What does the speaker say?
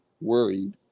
worried